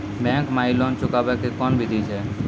Bank माई loan चुकाबे के कोन बिधि छै?